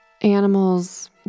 animals